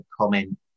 comment